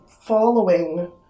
following